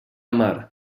mar